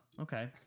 okay